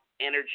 energy